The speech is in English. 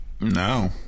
No